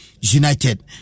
United